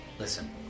Listen